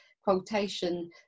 quotation